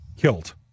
killed